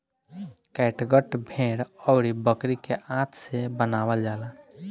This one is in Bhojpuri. कैटगट भेड़ अउरी बकरी के आंत से बनावल जाला